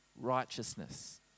righteousness